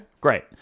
great